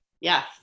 Yes